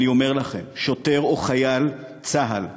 אני אומר לכם, שוטר או חייל צה"ל שייפגע,